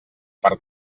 per